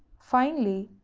finally,